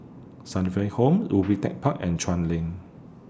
Sunnyville Home Ubi Tech Park and Chuan Lane